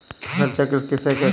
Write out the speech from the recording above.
फसल चक्र किसे कहते हैं?